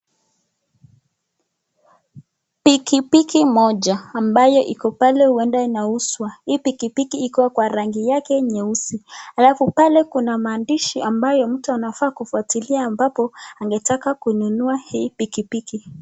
Pikipiki moja ambayo iko pale huenda inauzwa, hii pikipiki iko kwa rangi yake nyeusi, alafu pale kuna maandishi ambayo mtu anafaa kufuatilia ambapo angetaka kununua hii pikipiki.